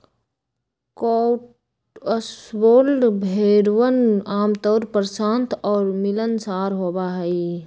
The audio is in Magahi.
कॉटस्वोल्ड भेड़वन आमतौर पर शांत और मिलनसार होबा हई